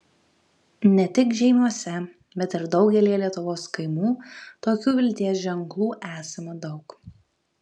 ne tik žeimiuose bet ir daugelyje lietuvos kaimų tokių vilties ženklų esama daug